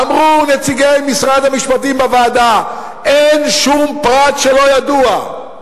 אמרו נציגי משרד המשפטים בוועדה: אין שום פרט שלא ידוע.